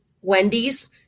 Wendy's